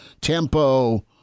tempo